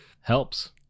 helps